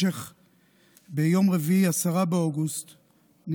ביום רביעי, 10 באוגוסט,